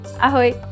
Ahoy